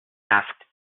asked